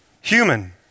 human